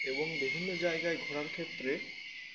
এবং বিভিন্ন জায়গায় ঘোরার ক্ষেত্রে